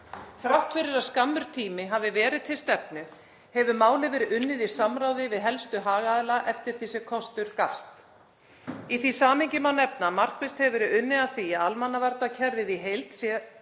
Þrátt fyrir að skammur tími hafi verið til stefnu hefur málið verið unnið í samráði við helstu hagaðila eftir því sem kostur gafst. Í því samhengi má nefna að markvisst hefur verið unnið að því að almannavarnakerfið í heild sé